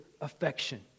affection